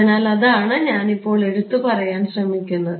അതിനാൽ അതാണ് ഞാൻ ഇപ്പോൾ പറയാൻ ശ്രമിക്കുന്നത്